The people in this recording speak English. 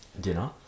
dinner